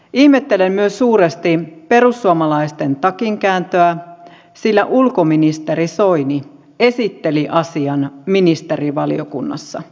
ihmettelen myös suuresti perussuomalaisten takinkääntöä sillä ulkoministeri soini esitteli asian ministerivaliokunnassa